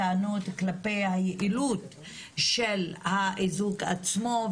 טענות כלפי היעילות של האיזוק עצמו,